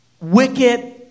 wicked